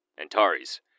Antares